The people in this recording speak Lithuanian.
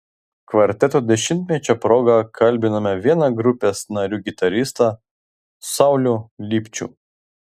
kvarteto dešimtmečio proga kalbiname vieną grupės narių gitaristą saulių lipčių